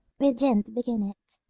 we didn't begin it.